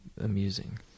amusing